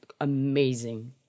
amazing